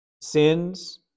sins